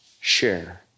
share